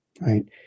right